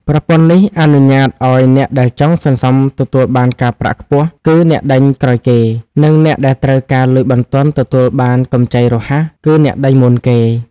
ប្រព័ន្ធនេះអនុញ្ញាតឱ្យអ្នកដែលចង់សន្សំទទួលបានការប្រាក់ខ្ពស់ គឺអ្នកដេញក្រោយគេ និងអ្នកដែលត្រូវការលុយបន្ទាន់ទទួលបានកម្ចីរហ័ស គឺអ្នកដេញមុនគេ។